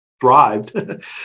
thrived